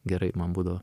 gerai man būdavo